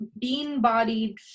bean-bodied